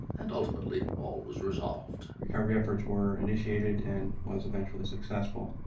and, ultimately, all was resolved. recovery efforts were initiated and was eventually successful.